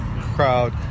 crowd